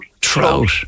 Trout